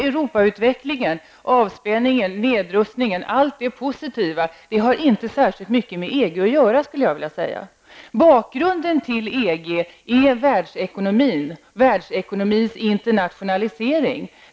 Europautvecklingen, avspänningen och nedrustningen -- allt det positiva har inte särskilt mycket med EG att göra. Bakgrunden till EG är världsekonomin, världsekonomins internationalisering.